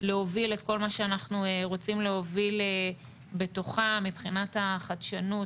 להוביל את כל מה שאנחנו רוצים להוביל בתוכם מבחינת החדשנות,